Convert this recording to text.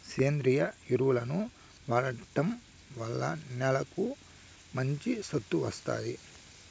సేంద్రీయ ఎరువులను వాడటం వల్ల నేలకు మంచి సత్తువ వస్తాది